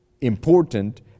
important